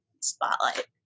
spotlight